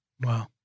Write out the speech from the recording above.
Wow